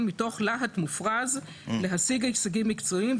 מתוך להט מופרז להשיג הישגים מקצועיים,